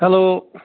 hello